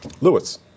Lewis